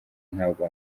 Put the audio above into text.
ntabwo